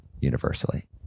universally